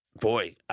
boy